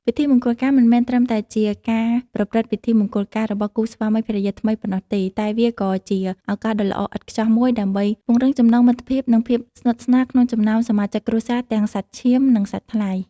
ពិធីមង្គលការមិនមែនត្រឹមតែជាការប្រារព្ធពិធីមង្គលការរបស់គូស្វាមីភរិយាថ្មីប៉ុណ្ណោះទេ តែវាក៏ជា ឱកាសដ៏ល្អឥតខ្ចោះមួយដើម្បីពង្រឹងចំណងមិត្តភាព និងភាពស្និទ្ធស្នាលក្នុងចំណោមសមាជិកគ្រួសារ ទាំងសាច់ឈាម និងសាច់ថ្លៃ។